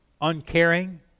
Uncaring